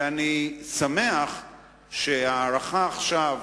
ואני שמח שההארכה עכשיו